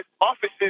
offices